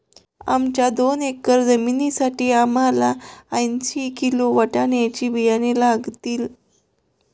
आमच्या दोन एकर जमिनीसाठी आम्हाला ऐंशी किलो वाटाण्याचे बियाणे लागतील